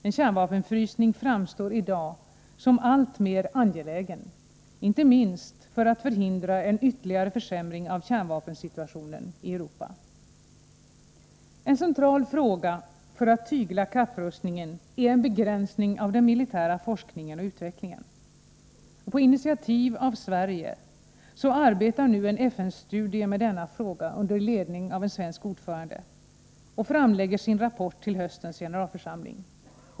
En kärnvapenfrysning framstår i dag som alltmer angelägen, inte minst för att förhindra en ytterligare försämring av kärnvapensituationen i Europa. En central fråga för att tygla kapprustningen är en begränsning av den militära forskningen och utvecklingen. På initiativ av Sverige arbetar nu en FN-studie med denna fråga under ledning av en svensk ordförande och framlägger sin rapport till höstens generalförsamling.